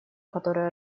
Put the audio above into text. который